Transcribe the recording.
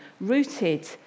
rooted